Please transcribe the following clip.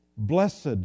Blessed